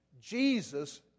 Jesus